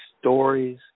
stories